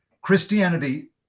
Christianity